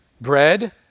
bread